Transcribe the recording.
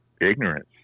ignorance